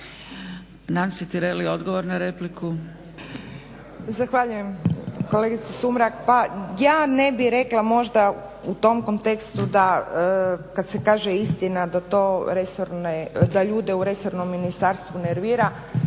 laburisti - Stranka rada)** Zahvaljujem kolegice Sumrak. Pa ja ne bih rekla možda u tom kontekstu da kada se kaže istina da ljude u resornom ministarstvu nervira.